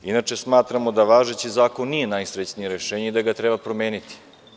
Inače, smatramo da važeći zakon nije najsrećnije rešenje i da ga treba promeniti.